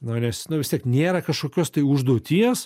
nu nes nu vis tiek nėra kažkokios tai užduoties sveikam kūne sveika siela